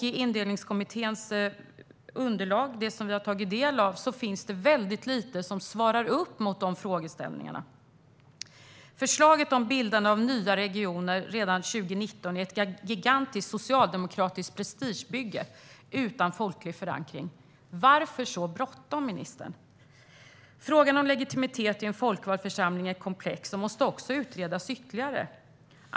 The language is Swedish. I Indelningskommitténs underlag, det som vi har tagit del av, finns det väldigt lite som svarar upp mot dessa frågeställningar. Förslaget om bildande av nya regioner redan 2019 är ett gigantiskt socialdemokratiskt prestigebygge utan folklig förankring. Varför är det så bråttom, ministern? Frågan om legitimitet i en folkvald församling är komplex och måste också utredas ytterligare.